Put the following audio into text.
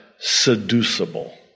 seducible